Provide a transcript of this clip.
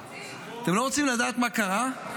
אתם לא רוצים לדעת מה קרה?